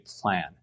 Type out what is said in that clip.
plan